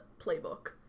playbook